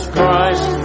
Christ